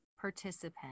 participant